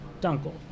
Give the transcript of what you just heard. Dunkel